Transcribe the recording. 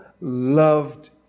loved